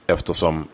Eftersom